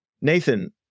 Nathan